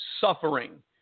suffering